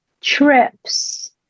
trips